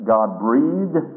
God-breathed